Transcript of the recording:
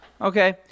Okay